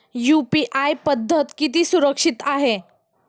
UPI पद्धत किती सुरक्षित आहे?